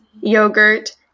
yogurt